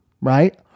right